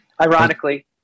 Ironically